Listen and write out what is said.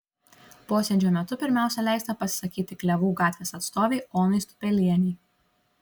posėdžio metu pirmiausia leista pasisakyti klevų gatvės atstovei onai stupelienei